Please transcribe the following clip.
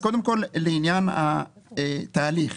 לעניין התהליך.